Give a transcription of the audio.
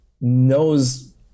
knows